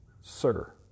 Sir